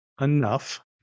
enough